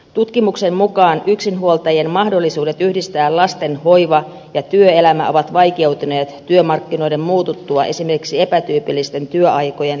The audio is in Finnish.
tutkimuksen mukaan yksinhuoltajien mahdollisuudet yhdistää lasten hoiva ja työelämä ovat vaikeutuneet työmarkkinoiden muututtua esimerkiksi epätyypillisten työaikojen lisääntymisen myötä